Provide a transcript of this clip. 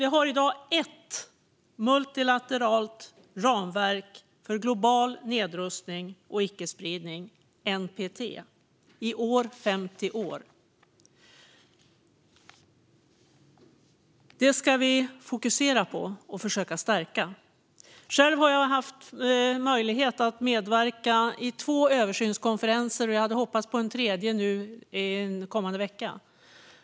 Vi har i dag ett multilateralt ramverk för global nedrustning och icke-spridning - NPT. I år fyller det 50 år. Det ska vi fokusera på och försöka stärka. Själv har jag haft möjlighet att medverka vid två översynskonferenser, och jag hade hoppats på att medverka vid en tredje nu under kommande vecka.